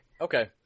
Okay